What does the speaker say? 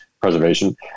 preservation